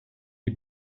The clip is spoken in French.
des